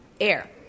Air